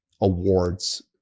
awards